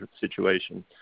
situation